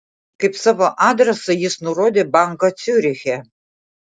kaip savo adresą jis nurodė banką ciuriche